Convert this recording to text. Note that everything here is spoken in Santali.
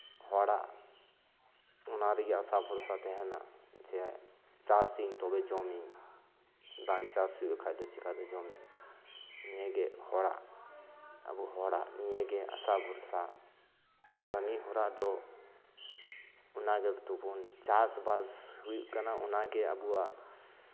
ᱦᱚᱲᱟᱜ ᱚᱱᱟ ᱨᱮᱭᱟᱜ ᱟᱥᱟ ᱵᱷᱚᱨᱥᱟ ᱛᱟᱦᱮᱸᱱᱟ ᱡᱮ ᱪᱟᱥ ᱟᱹᱧ ᱛᱚᱵᱮᱧ ᱡᱚᱢᱟ ᱵᱟᱝ ᱪᱟᱥ ᱦᱩᱭᱩᱜ ᱠᱷᱟᱱ ᱫᱚ ᱪᱤᱠᱟᱹᱛᱮ ᱡᱚᱢ ᱟᱹᱧ ᱱᱤᱭᱟᱹᱜᱮ ᱦᱚᱲᱟᱜ ᱟᱵᱚ ᱦᱚᱲᱟᱜ ᱱᱤᱭᱟᱹᱜᱮ ᱟᱥᱟ ᱵᱷᱚᱨᱥᱟ ᱠᱟᱹᱢᱤᱦᱚᱨᱟ ᱫᱚ ᱚᱱᱟ ᱜᱮᱛᱚ ᱵᱚᱱ ᱪᱟᱥᱼᱵᱟᱥ ᱦᱩᱭᱩᱜ ᱠᱟᱱᱟ ᱚᱱᱟᱜᱮ ᱟᱵᱚᱣᱟᱜ